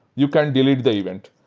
you can delete the event.